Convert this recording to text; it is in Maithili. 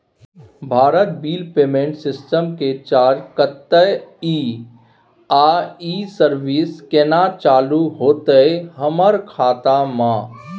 भारत बिल पेमेंट सिस्टम के चार्ज कत्ते इ आ इ सर्विस केना चालू होतै हमर खाता म?